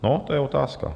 No, to je otázka.